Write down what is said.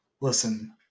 listen